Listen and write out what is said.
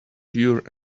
pure